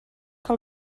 que